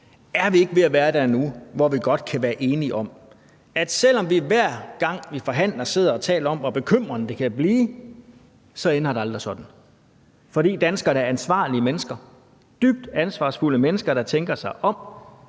Er vi ikke ved at være der nu, hvor vi godt kan være enige om, at selv om vi hver gang, vi forhandler, sidder og taler om, hvor bekymrende det kan blive, så ender det aldrig sådan? For danskerne er ansvarlige mennesker, dybt ansvarsfulde mennesker, der tænker sig om.